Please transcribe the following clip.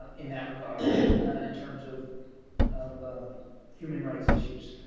in that regard in terms of of human rights issues.